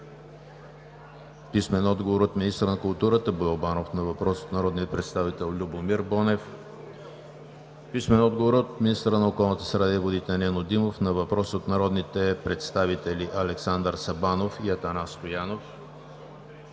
Любомир Бонев; - министъра на културата Боил Банов на въпрос от народния представител Любомир Бонев; - министъра на околната среда и водите Нено Димов на въпрос от народните представители Александър Сабанов и Атанас Стоянов,